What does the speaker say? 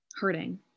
hurting